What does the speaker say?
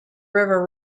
river